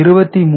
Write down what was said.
6